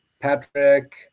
Patrick